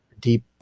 deep